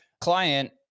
client